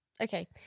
okay